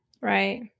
right